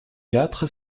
quatre